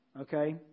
Okay